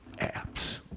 Apps